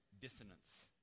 dissonance